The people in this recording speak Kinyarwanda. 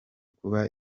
kuba